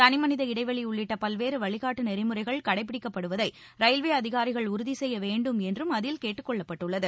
தளிமனித இடைவெளி உள்ளிட்ட பல்வேறு வழிகாட்டு நெறிமுறைகள் கடைப்பிடிக்கப்படுவதை ரயில்வே அதிகாரிகள் உறுதி செய்ய வேண்டும் என்றும் அதில் கேட்டுக்கொள்ளப்பட்டுள்ளது